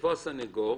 יבוא הסנגור